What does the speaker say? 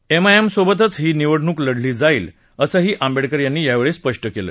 एमआयएमसोबतच ही निवडणुक लढली जाईल असंही आंबेडकर यांनी यावेळी सांगितलं